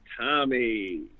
Tommy